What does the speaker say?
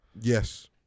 Yes